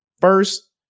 first